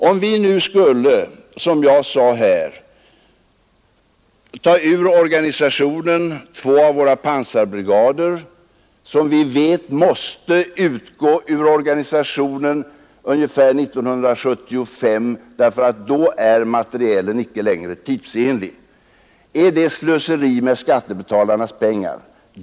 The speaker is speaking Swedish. Om vi, som jag nyss sade, skulle ta ur organisationen två av våra pansarbrigader, som vi vet måste utgå ur organisationen ungefär år 1975 på grund av att materielen då icke länge är tidsenlig, är det då slöseri med skattebetalarnas pengar?